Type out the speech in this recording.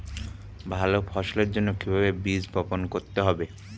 ভালো ফসলের জন্য কিভাবে বীজ বপন করতে হবে?